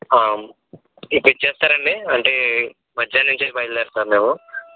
ఇప్పుడిచ్చేస్తారండి అంటే మధ్యాహ్నం నుంచే బయలుదేరతాము మేము